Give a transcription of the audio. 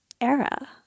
era